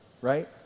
right